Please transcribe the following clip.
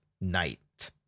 night